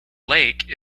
lake